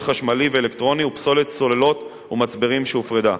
חשמלי ואלקטרוני ופסולת סוללות ומצברים שהופרדה.